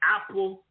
Apple